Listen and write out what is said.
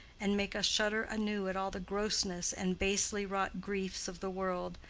and make us shudder anew at all the grossness and basely-wrought griefs of the world,